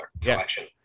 selection